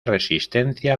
resistencia